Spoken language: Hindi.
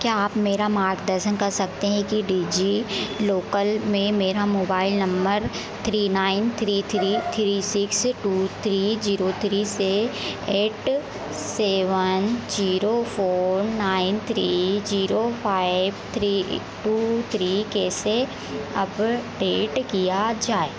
क्या आप मेरा मार्गदर्शन कर सकते हैं कि डिजिलोकल में मेरा mobile number three nine three three three six two three zero three से eight seven zero four nine three zero five two three कैसे अपडेट किया जाए